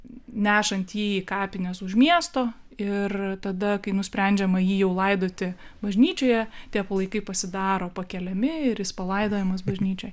nešant jį į kapines už miesto ir tada kai nusprendžiama jį jau laidoti bažnyčioje tie palaikai pasidaro pakeliami ir jis palaidojamas bažnyčioj